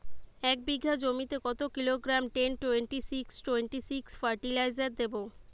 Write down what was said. এক বিঘা জমিতে কত kilogram ten twenty six twenty six fertiliser দেবো?